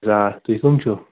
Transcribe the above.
آ تُہۍ کٕم چھِو